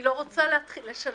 לא רוצה להתחיל לשלם.